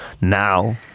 Now